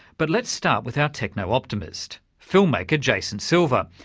but let's start with our techno-optimist, film maker jason silva,